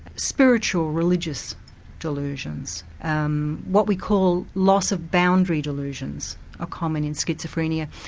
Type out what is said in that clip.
spiritual, religious delusions um what we call loss of boundary delusions are common in schizophrenia.